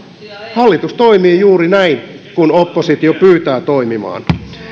hallitus toimii juuri niin kuin oppositio pyytää toimimaan